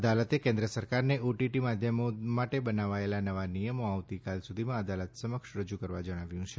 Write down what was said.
અદાલતે કેન્દ્ર સરકારને ઑ ટી ટી માધ્યમો માટે બનાવેલા નવા નિયમો આવતીકાલ સુધીમાં અદાલત સમક્ષ રજૂ કરવા જણાવ્યું છે